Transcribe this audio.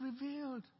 revealed